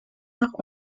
nach